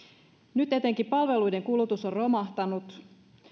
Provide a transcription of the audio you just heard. nyt etenkin palveluiden kulutus on romahtanut